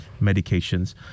medications